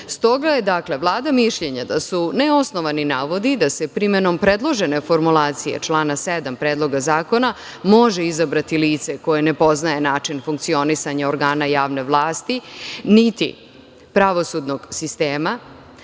Stoga vlada mišljenje da su neosnovani navodi da se primenom predložene formulacije člana 7. Predloga zakona može izabrati lice koje ne poznaje način funkcionisanja organa javne vlasti niti pravosudnog sistema,